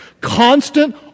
Constant